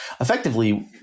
effectively